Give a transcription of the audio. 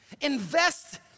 Invest